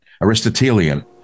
Aristotelian